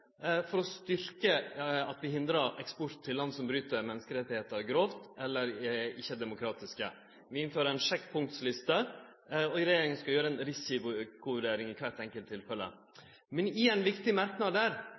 for å styrkje det at vi hindrar eksport til land som bryt menneskerettane grovt, eller ikkje er demokratiske. Vi innfører ei sjekkpunktliste, og regjeringa skal gjere ei risikovurdering i kvart enkelt tilfelle. I ein viktig merknad